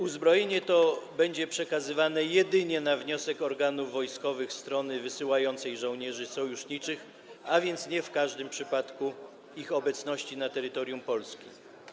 Uzbrojenie to będzie przekazywane jedynie na wniosek organów wojskowych strony wysyłającej żołnierzy sojuszniczych, a więc nie w każdym przypadku ich obecności na terytorium Polski.